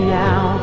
now